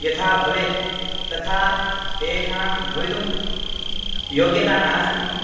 यथा भवेत् तथा तेषां भवितुं योग्यता नास्ति